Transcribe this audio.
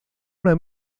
una